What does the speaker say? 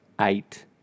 eight